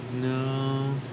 No